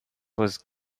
was